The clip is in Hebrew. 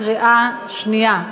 קריאה שנייה.